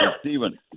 Stephen